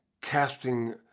casting